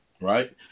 right